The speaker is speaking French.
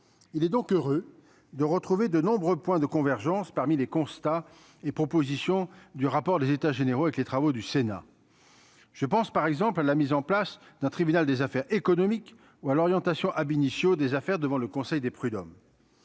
il est donc heureux de retrouver de nombreux points de convergence parmi les constats et propositions du rapport des états généraux, avec les travaux du Sénat, je pense par exemple à la mise en place d'un tribunal des affaires économiques, ou à l'orientation à Benicio des affaires devant le conseil des prud'hommes,